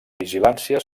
vigilància